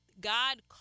God